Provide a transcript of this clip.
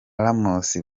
ramos